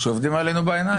שעובדים עלינו בעיניים.